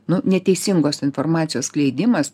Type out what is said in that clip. nu neteisingos informacijos skleidimas